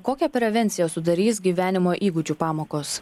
kokią prevenciją sudarys gyvenimo įgūdžių pamokos